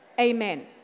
Amen